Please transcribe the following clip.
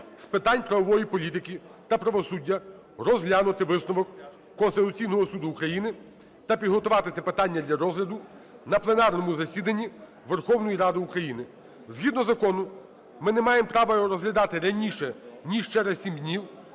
з питань правової політики та правосуддя розглянути висновок Конституційного Суду України та підготувати це питання для розгляду на пленарному засіданні Верховної Ради України. Згідно закону ми не маємо права його розглядати раніше ніж через 7 днів